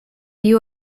you